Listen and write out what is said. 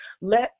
let